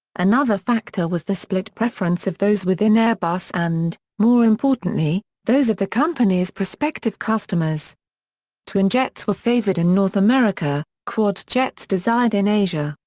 another factor was the split preference of those within airbus and, more importantly, those of the company's prospective customers twinjets were favoured in north america, quad-jets desired in asia,